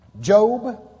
Job